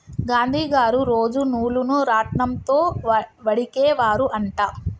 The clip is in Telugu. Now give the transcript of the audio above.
గాంధీ గారు రోజు నూలును రాట్నం తో వడికే వారు అంట